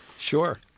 Sure